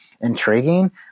intriguing